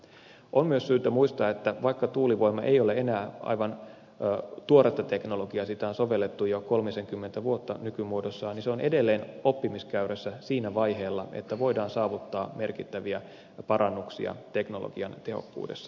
on myös syytä muistaa että vaikka tuulivoima ei ole enää aivan tuoretta teknologiaa sitä on sovellettu jo kolmisenkymmentä vuotta nykymuodossaan niin se on edelleen oppimiskäyrässä siinä vaiheessa että voidaan saavuttaa merkittäviä parannuksia teknologian tehokkuudessa